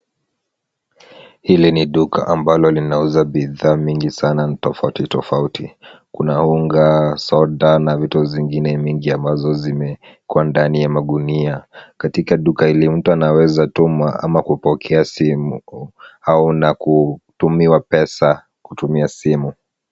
Hili ni duka ambao linauza bidhaa mingi sana tofauti tofauti. Kuna unga, soda na vitu zingine mingi ambazo zimewekwa ndani ya magunia. Katika duka hili mtu anawezatuma ama kupokea simu au na kutumiwa pesa kutumia simu.